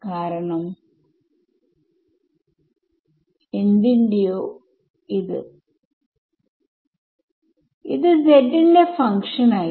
കാരണം എന്തിന്റെയോ ഇത് z ന്റെ ഫങ്ക്ഷൻ അല്ല